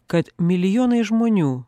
kad milijonai žmonių